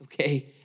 okay